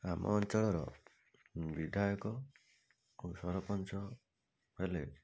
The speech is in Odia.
ଆମ ଅଞ୍ଚଳର ବିଧାୟକ ଓ ସରପଞ୍ଚ ହେଲେ